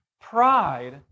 Pride